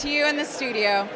here in the studio